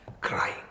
crying